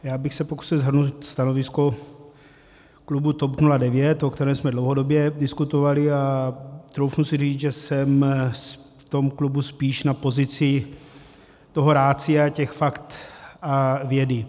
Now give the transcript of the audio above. Já bych se pokusil shrnout stanovisko klubu TOP 09, o kterém jsme dlouhodobě diskutovali, a troufnu si říct, že jsem v tom klubu spíš na pozici toho ratia, těch faktů a vědy.